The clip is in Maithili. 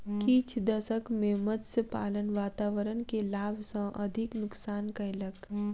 किछ दशक में मत्स्य पालन वातावरण के लाभ सॅ अधिक नुक्सान कयलक